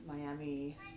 Miami